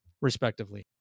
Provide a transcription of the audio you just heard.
respectively